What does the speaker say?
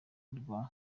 rwa